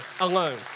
alone